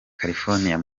california